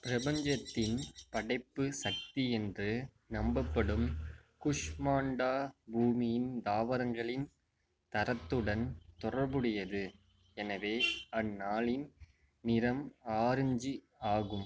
பிரபஞ்சத்தின் படைப்பு சக்தி என்று நம்பப்படும் குஷ்மாண்டா பூமியின் தாவரங்களின் தரத்துடன் தொடர்புடையது எனவே அந்நாளின் நிறம் ஆரஞ்சு ஆகும்